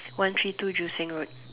one three two Joo Seng road